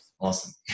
awesome